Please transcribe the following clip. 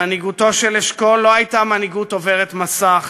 מנהיגותו של אשכול לא הייתה מנהיגות עוברת מסך,